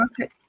Okay